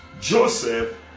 Joseph